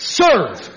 serve